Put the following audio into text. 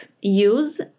use